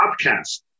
podcast